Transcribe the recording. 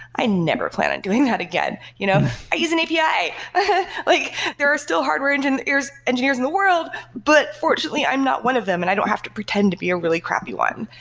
i never plan on doing that again. you know i use an api. ah like there are still hardware engineers engineers in the world, but fortunately i'm not one of them and i don't have to pretend to be a really crappy one.